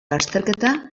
lasterketa